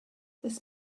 this